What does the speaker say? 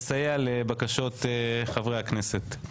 ולסייע לבקשות חברי הכנסת.